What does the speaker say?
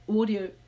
audio